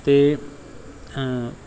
ਅਤੇ